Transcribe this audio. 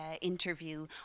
interview